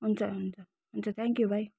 हुन्छ हुन्छ हुन्छ थ्याङ्कयू भाइ